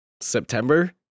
September